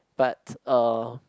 but uh